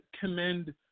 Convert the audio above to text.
commend